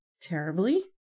terribly